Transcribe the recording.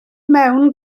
mewn